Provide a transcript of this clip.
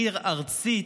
עיר ארצית,